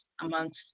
amongst